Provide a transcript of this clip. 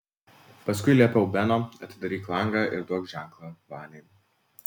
paskui liepiau beno atidaryk langą ir duok ženklą vaniai